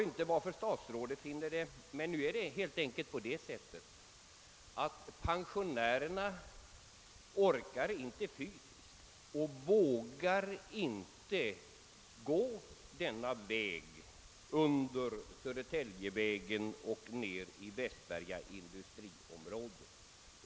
Pensionärerna vågar inte gå vägen under Södertäljevägen och ner i Västberga industriområde och orkar det inte heller fysiskt.